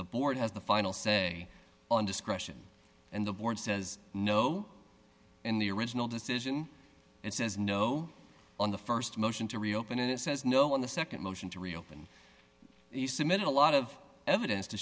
the board has the final say on discretion and the board says no in the original decision it says no on the st motion to reopen it says no on the nd motion to reopen you submitted a lot of evidence to